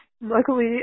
Luckily